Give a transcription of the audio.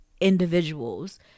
individuals